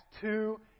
Two